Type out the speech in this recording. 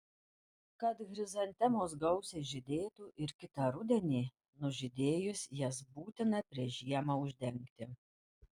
kad chrizantemos gausiai žydėtų ir kitą rudenį nužydėjus jas būtina prieš žiemą uždengti